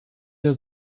der